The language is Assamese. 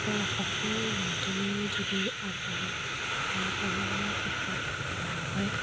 এটা সফল মাধ্যমেৰে যদি আগবাঢ়োঁ আমাৰ পঢ়া শুনা ক্ষেত্ৰত লাভ হয়